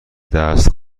دست